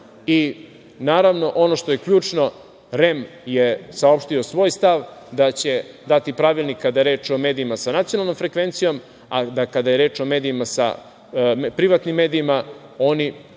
ono što je ključno, REM je saopštio svoj stav, da će dati pravilnik, kada je reč o medijima sa nacionalnom frekvencijom, a kada je reč o privatnim medijima, oni